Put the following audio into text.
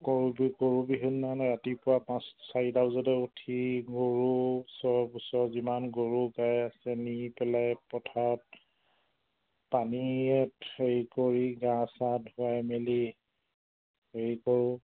গৰু বিহু গৰু বিহুদিনাখন ৰাতিপুৱা পাঁচ চাৰিটা বজাতে উঠি গৰু ওচৰ ওচৰৰ যিমান গৰু গাই আছে নি পেলাই পথাৰত পানীত হেৰি কৰি গা চা ধুৱাই মেলি হেৰি কৰোঁ